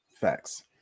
Facts